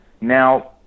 Now